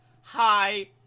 Hi